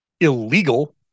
illegal